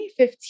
2015